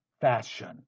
fashion